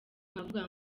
nkavuga